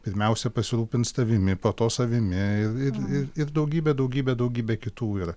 pirmiausia pasirūpins tavimi po to savimi ir ir ir daugybė daugybė daugybė kitų ir